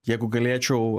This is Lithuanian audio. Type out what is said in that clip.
jeigu galėčiau